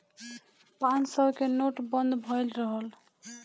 पांचो सौ के नोट बंद भएल रहल